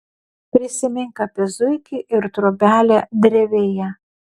prisimink apie zuikį ir trobelę drevėje